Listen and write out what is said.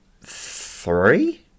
three